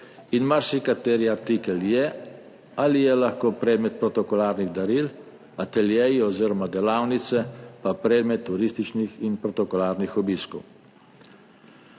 in marsikateri artikel je ali je lahko predmet protokolarnih daril, ateljeji oziroma delavnice pa predmet turističnih in protokolarnih obiskov.